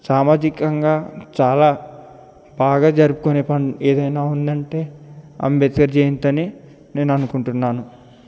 సామాజికంగా చాలా బాగా జరుపుకునే పం ఏదైనా ఉందంటే అంబేద్కర్ జయంతి అని నేను అనుకుంటున్నాను